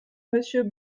monsieur